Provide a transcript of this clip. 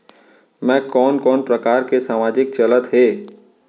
मैं कोन कोन प्रकार के सामाजिक चलत हे?